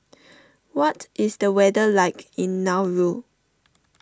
what is the weather like in Nauru